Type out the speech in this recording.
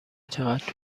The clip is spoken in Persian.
چقدر